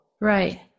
right